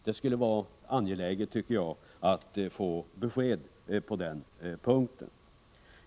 Det skulle vara bra att få besked på den punkten.